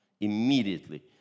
Immediately